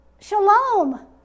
shalom